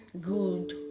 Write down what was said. good